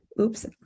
Oops